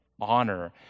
honor